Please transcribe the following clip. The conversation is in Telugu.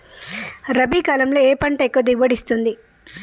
రబీ కాలంలో ఏ పంట ఎక్కువ దిగుబడి ఇస్తుంది?